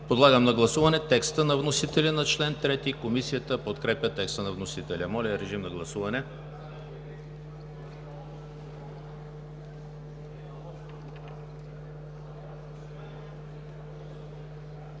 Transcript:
Подлагам на гласуване текста на вносителя за чл. 3. Комисията подкрепя текста на вносителя. Моля, гласувайте.